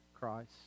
Christ